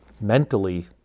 mentally